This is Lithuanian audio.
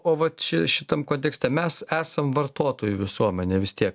o va čia šitam kontekste mes esam vartotojų visuomenė vis tiek